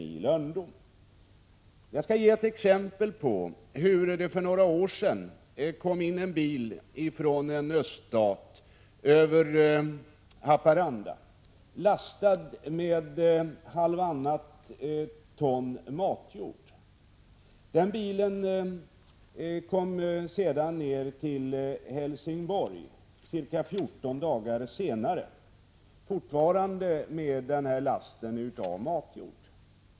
Jag skall ge ett exempel på hur det för några år sedan kom in en bil från en öststat över Haparanda, lastad med halvtannat ton matjord. Den bilen kom ca 14 dagar senare till Helsingborg, fortfarande med sin last av matjord.